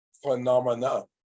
phenomena